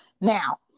Now